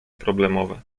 problemowe